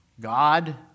God